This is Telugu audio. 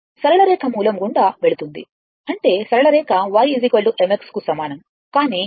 సరళ రేఖ మూలం గుండా వెళుతుంది అంటే సరళ రేఖ y mx కు సమానం కానీ y వైపు v